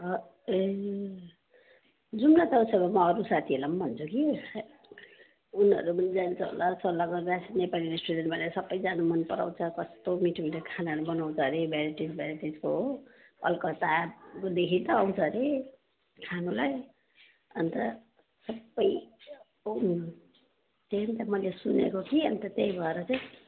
ए जाऊँ न त उसो भए म अरू साथीहरूलाई भन्छु कि उनीहरू पनि जान्छ होला सल्लाह गरेर नेपाली रेस्टुरेन्ट भनेर सबै जानु मन पराउँछ कस्तो मिठो मिठो खानाहरू बनाउँछ हरे भेराइटिज भेराइटिज हो कलकता देखि त आउँछ हरे खानुलाई अन्त सबै त मैले सुनेको कि अन्त त्यही भएर चाहिँ